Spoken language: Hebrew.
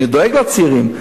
אני דואג לצעירים,